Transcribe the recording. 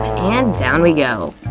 and down we go.